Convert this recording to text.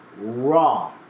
Raw